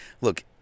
look